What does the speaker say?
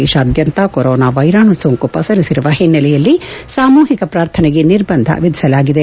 ದೇಶಾದ್ಯಂತ ಕೊರೊನಾ ವೈರಾಣು ಸೋಂಕು ಪಸರಿಸಿರುವ ಹಿನ್ನೆಲೆಯಲ್ಲಿ ಸಾಮೂಹಿಕ ಪ್ರಾರ್ಥನೆಗೆ ನಿರ್ಬಂಧ ವಿಧಿಸಲಾಗಿದೆ